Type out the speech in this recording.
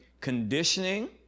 Conditioning